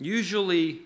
usually